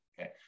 okay